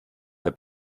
der